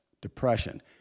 depression